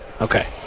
Okay